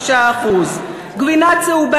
סליחה שאני מטרידה אתכם בקטנות,